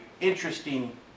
interesting